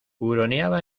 huroneaba